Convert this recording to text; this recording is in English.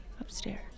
Upstairs